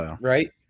Right